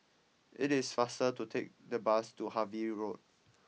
it is faster to take the bus to Harvey Road